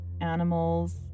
animals